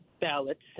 ballots